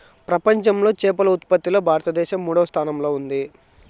ప్రపంచంలో చేపల ఉత్పత్తిలో భారతదేశం మూడవ స్థానంలో ఉంది